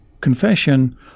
confession